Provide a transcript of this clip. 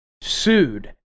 sued